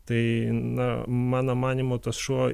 tai na mano manymu tas šuo